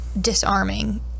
disarming